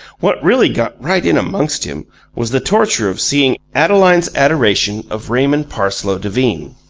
what really got right in amongst him was the torture of seeing adeline's adoration of raymond parsloe devine.